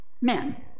Men